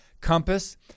Compass